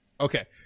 okay